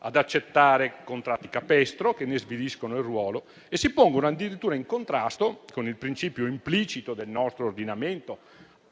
accettare contratti capestro, che ne sviliscono il ruolo e si pongono addirittura in contrasto con il principio implicito del nostro ordinamento,